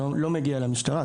הוא לא מגיע למשטרה.